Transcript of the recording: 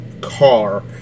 car